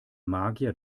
magier